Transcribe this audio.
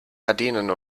gardinen